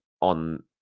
on